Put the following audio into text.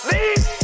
Leave